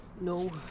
No